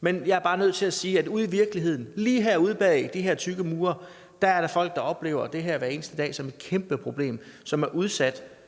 Men jeg er bare nødt til sige, at ude i virkeligheden, lige herude bag de her tykke mure, er der folk, der hver eneste dag oplever det her som et kæmpe problem, og som er udsat